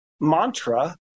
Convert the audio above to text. mantra